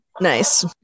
Nice